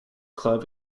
club